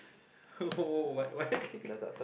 what what